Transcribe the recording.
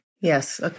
Yes